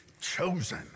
chosen